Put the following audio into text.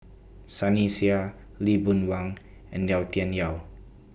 Sunny Sia Lee Boon Wang and Yau Tian Yau